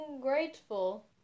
grateful